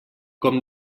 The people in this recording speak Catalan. com